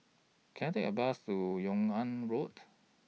Can I Take A Bus to Yung An Road